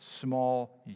small